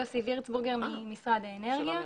יוסי וירצבורגר ממשרד האנרגיה,